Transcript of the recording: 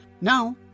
Now